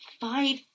five